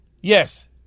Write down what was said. yes